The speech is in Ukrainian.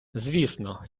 звісно